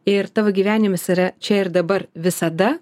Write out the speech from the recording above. ir tavo gyvenimas yra čia ir dabar visada